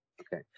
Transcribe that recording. Okay